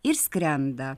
ir skrenda